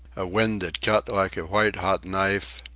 a wind that cut like a white-hot knife,